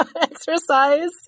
exercise